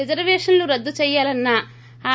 రిజర్వేషన్షు రద్దు చేయాలన్న ఆర్